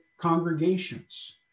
congregations